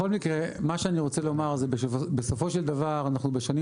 בכל מקרה מה שאני רוצה לומר זה שבסופו של דבר אנחנו בשנים